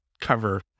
cover